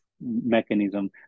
mechanism